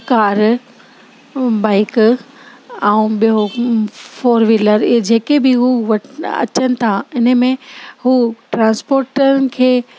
car bike ऐं ॿियो four wheeler इहे जेके बि हू व अचनि था इन में हू ट्रांसपोर्टनि खे